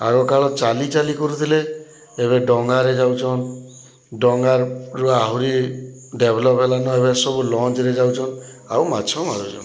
ଆଗକାଳ ଚାଲିଚାଲି କରୁଥିଲେ ଏବେ ଡ଼ଙ୍ଗାରେ ଯାଉଛନ୍ ଡ଼ଙ୍ଗାରୁ ଆହୁରି ଡ଼େଭଲପ୍ ହେଲାନ ଏବେ ସବୁ ଲଞ୍ଚରେ ଯାଉଛନ୍ ଆଉ ମାଛ ମାରୁଛନ୍